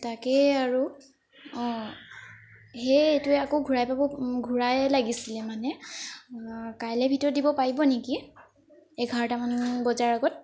তাকেই আৰু অঁ সেইটো আকৌ ঘূৰাই পাব ঘূৰাই লাগিছিলে মানে কাইলৈ ভিতৰত দিব পাৰিব নেকি এঘাৰটামান বজাৰ আগত